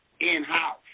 in-house